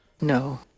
No